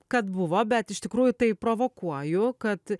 kad buvo bet iš tikrųjų tai provokuoju kad